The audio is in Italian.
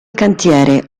cantiere